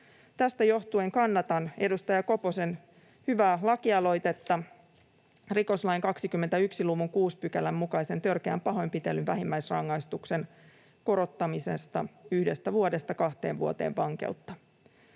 Tästä johtuen kannatan edustaja Koposen hyvää lakialoitetta rikoslain 21 luvun 6 §:n mukaisen törkeän pahoinpitelyn vähimmäisrangaistuksen korottamisesta yhdestä vuodesta kahteen vuoteen vankeutta.